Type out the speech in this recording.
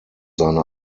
seine